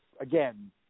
Again